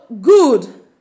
good